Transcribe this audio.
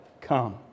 come